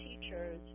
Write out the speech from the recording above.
teachers